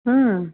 ਹੂੰ